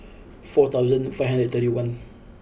four thousand five hundred thirty one